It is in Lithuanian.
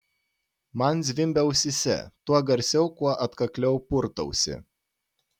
man zvimbia ausyse tuo garsiau kuo atkakliau purtausi